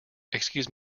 excuse